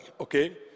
okay